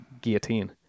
guillotine